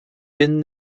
bin